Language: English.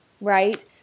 Right